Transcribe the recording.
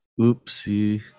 Oopsie